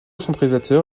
centralisateur